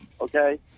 okay